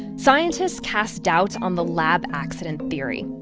scientists cast doubt on the lab accident theory,